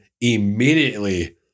immediately